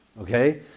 okay